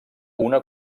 una